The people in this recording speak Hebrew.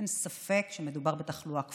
אין ספק שמדובר בתחלואה כפולה.